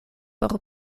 por